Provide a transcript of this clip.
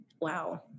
Wow